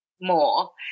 more